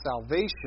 salvation